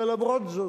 ולמרות זאת,